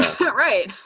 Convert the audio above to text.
Right